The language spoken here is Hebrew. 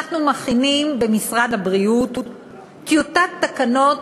אנחנו מכינים במשרד הבריאות טיוטת תקנות